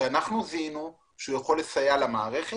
שאנחנו זיהינו שיכול לסייע למערכת.